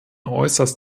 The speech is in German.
äußerst